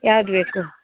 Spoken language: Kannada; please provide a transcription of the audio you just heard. ಯಾವ್ದು ಬೇಕು